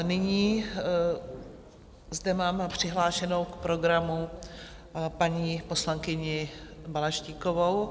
Nyní zde mám přihlášenou k programu paní poslankyni Balaštíkovou.